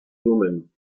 dummen